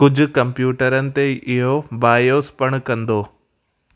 कुझु कंप्यूटरनि ते इहो बायोसि पण कंदो